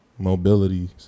mobilities